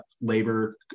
labor